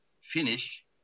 finish